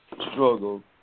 struggle